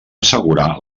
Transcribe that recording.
assegurar